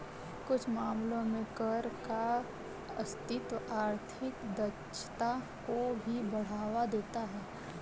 कुछ मामलों में कर का अस्तित्व आर्थिक दक्षता को भी बढ़ावा देता है